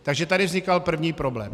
Takže tady vznikal první problém.